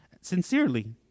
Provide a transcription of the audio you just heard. Sincerely